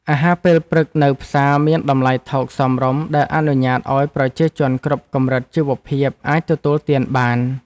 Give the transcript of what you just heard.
អាហារពេលព្រឹកនៅផ្សារមានតម្លៃថោកសមរម្យដែលអនុញ្ញាតឱ្យប្រជាជនគ្រប់កម្រិតជីវភាពអាចទទួលទានបាន។